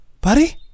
Buddy